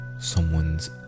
Someone's